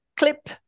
Clip